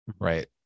right